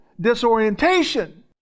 disorientation